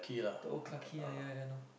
the old Clarke-Quay lah ya ya I know